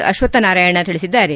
ಅಶ್ವತ್ದ ನಾರಾಯಣ ತಿಳಿಸಿದ್ದಾರೆ